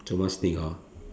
so much thing hor